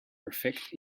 perfect